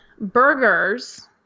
burgers